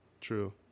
True